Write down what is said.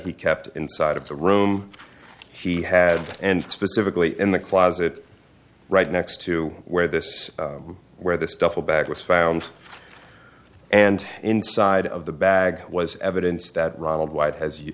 he kept inside of the room he had and specifically in the closet right next to where this where the stuff a bag was found and inside of the bag was evidence that ronald white has